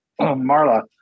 Marla